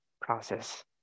process